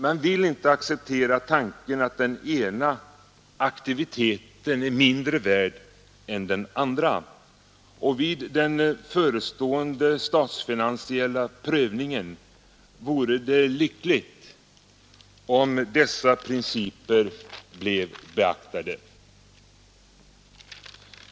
Man vill inte acceptera tanken att den ena aktiviteten är mindre värd än den andra. Vid den förestående statsfinansiella prövningen vore det lyckligt, om dessa principer blev beaktade.